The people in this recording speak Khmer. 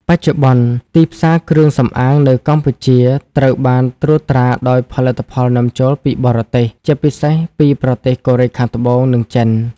បច្ចុប្បន្ន ទីផ្សារគ្រឿងសម្អាងនៅកម្ពុជាត្រូវបានត្រួតត្រាដោយផលិតផលនាំចូលពីបរទេស ជាពិសេសពីប្រទេសកូរ៉េខាងត្បូង និងចិន។